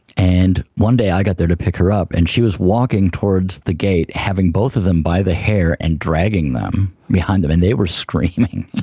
and one day i got there to pick her up and she was walking towards the gate having both of them by the hair and dragging them behind her, and they were screaming,